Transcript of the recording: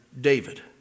David